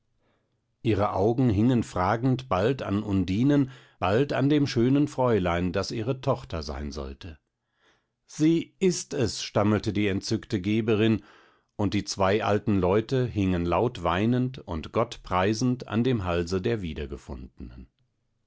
ihre augen hingen fragend bald an undinen bald an dem schönen fräulein das ihre tochter sein sollte sie ist es stammelte die entzückte geberin und die zwei alten leute hingen lautweinend und gott preisend an dem halse der wiedergefundnen